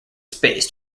space